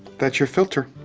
that's your filter.